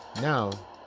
now